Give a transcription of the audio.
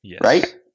Right